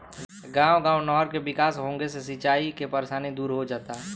गांव गांव नहर के विकास होंगे से सिंचाई के परेशानी दूर हो जाता